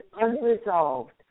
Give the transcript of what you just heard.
unresolved